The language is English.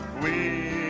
we